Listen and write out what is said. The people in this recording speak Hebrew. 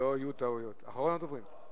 שלא יהיו טעויות, אחרון הדוברים.